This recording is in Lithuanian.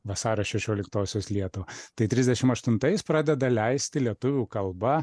vasario šešioliktosios lietuvą tai trisdešim aštuntais pradeda leisti lietuvių kalba